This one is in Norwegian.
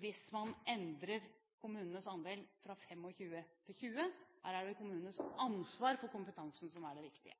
hvis man endrer kommunenes andel fra 25 til 20. Her er det kommunenes ansvar for kompetansen som er det viktige.